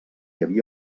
havia